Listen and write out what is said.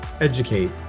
educate